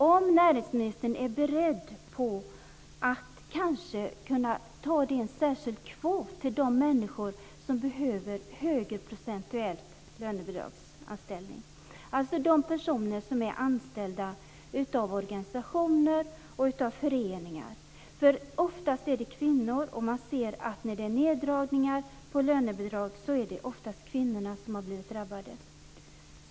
Är näringsministern beredd att kanske ta en särskild kvot till de människor som behöver en anställning med högre procentuellt lönebidrag? Det är personer som är anställda av organisationer och föreningar. Oftast är det kvinnor. När det blivit neddragningar på lönebidrag är det oftast kvinnorna som har blivit drabbade.